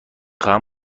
خواهم